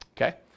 Okay